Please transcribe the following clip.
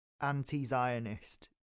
anti-Zionist